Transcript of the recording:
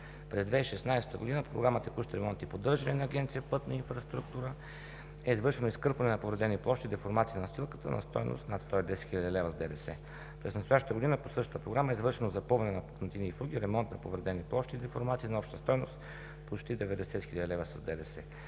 През 2016 г. по програма „Текущ ремонт и поддържане на Агенция „Пътна инфраструктура“ е извършено изкърпване на повредени площи, деформация на настилката, на стойност над 110 хил. лв. с ДДС. През настоящата година по същата Програма е извършено запълване на пукнатини и фуги, ремонт на повредени площи и деформации на обща стойност почти 90 хил. лв. с ДДС.